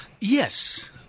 Yes